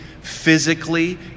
physically